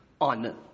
on